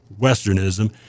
Westernism